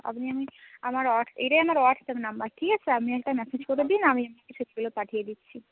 আপনি আমি আমার এটাই আমার হোয়াটসঅ্যাপ নাম্বার ঠিক আছে আপনি একটা মেসেজ করে দিন আমি পাঠিয়ে দিচ্ছি